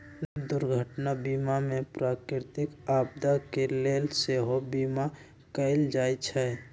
दुर्घटना बीमा में प्राकृतिक आपदा के लेल सेहो बिमा कएल जाइ छइ